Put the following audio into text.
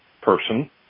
person